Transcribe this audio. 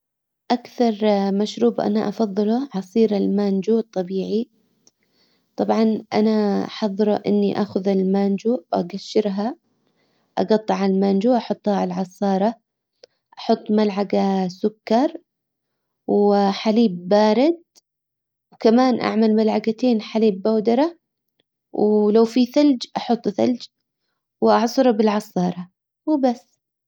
اكثر مشروب انا افضله عصير المانجو الطبيعي. طبعا انا احضره اني اخذ المانجو واجشرها اجطع المانجو واحطها على العصارة. احط ملعقة سكر وحليب بارد وكمان اعمل ملعقتين حليب بودرة. ولو في ثلج احط ثلج. واعصره بالعصارة وبس.